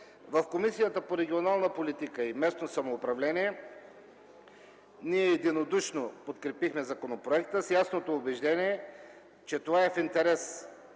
В Комисията по регионална политика и местно самоуправление единодушно подкрепихме законопроекта с ясното убеждение, че това е в интерес